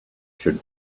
should